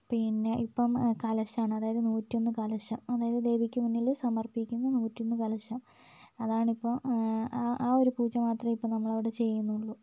പിന്നെ ഇപ്പം കലശാണ് അതായത് നൂറ്റി ഒന്ന് കലശം അതായത് ദേവിക്ക് മുന്നിൽ സമർപ്പിക്കുന്ന നൂറ്റി ഒന്ന് കലശം അതാണിപ്പം ആ ആ ഒരു പൂജ മാത്രമേ ഇപ്പം നമ്മൾ അവിടെ ചെയ്യുന്നുള്ളൂ